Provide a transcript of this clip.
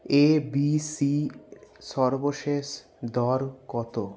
ABC সর্বশেষ দর কত